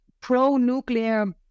pro-nuclear